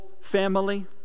family